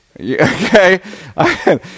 Okay